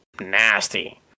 nasty